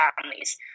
families